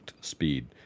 speed